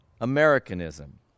Americanism